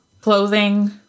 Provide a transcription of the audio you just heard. Clothing